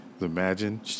Imagine